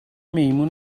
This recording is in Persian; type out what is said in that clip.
میمون